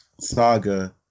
saga